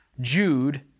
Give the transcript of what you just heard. Jude